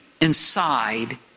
inside